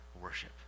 worship